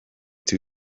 too